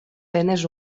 penes